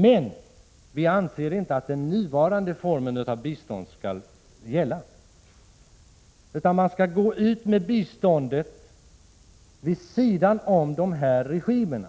Men vi anser inte att den nuvarande formen av bistånd skall gälla. I stället skall biståndet ges vid sidan om dessa regimer.